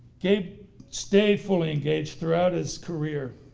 gabe stayed fully engaged throughout his career.